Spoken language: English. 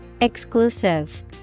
Exclusive